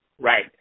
Right